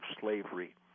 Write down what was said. slavery